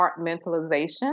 compartmentalization